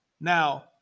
Now